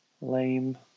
Lame